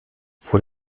vor